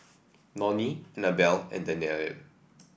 Nonie Anabelle and Danyell